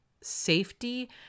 safety